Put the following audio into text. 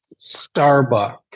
Starbucks